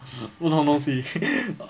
不同东西 okay